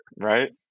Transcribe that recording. Right